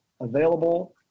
available